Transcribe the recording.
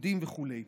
איגודים וכו'.